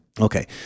Okay